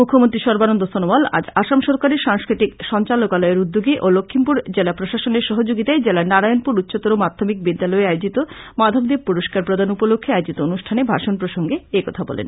মুখ্যমন্ত্রী সর্বানন্দ সনোয়াল আজ আসাম সরকারের সাংস্কৃতিক সঞ্চালকালয়ের উদ্যোগে ও লক্ষ্মীমপুর জেলা প্রশাসনের সহযোগীতায় জেলার নারায়নপুর উচ্চতর মাধ্যমিক বিদ্যালয়ে আয়োজিত মাধবদেব পুরক্ষার প্রদান উপলক্ষ্যে আয়োজিত অনুষ্ঠানে ভাষন প্রসংগে একথা বলেন